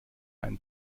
einen